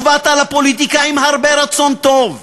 ובאת לפוליטיקה עם הרבה רצון טוב,